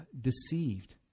deceived